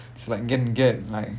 it's like get get like